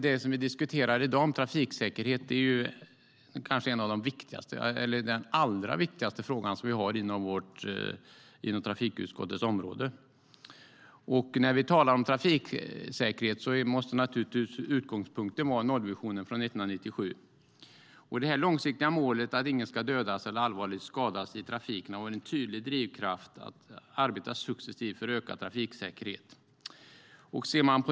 Det vi diskuterar i dag, trafiksäkerhet, är den allra viktigaste frågan inom trafikutskottets område. När vi talar om trafiksäkerhet måste naturligtvis utgångspunkten vara nollvisionen från 1997. Det långsiktiga målet att ingen ska dödas eller allvarligt skadas i trafiken har varit en tydlig drivkraft för att arbeta för successivt ökad trafiksäkerhet.